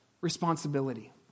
responsibility